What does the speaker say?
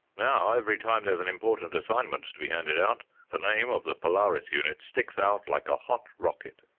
now every time there's an important assignment to be handed out the name of the polaris unit sticks out like a hot rocket!